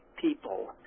people